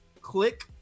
click